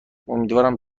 امیدوارم